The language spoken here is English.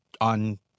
on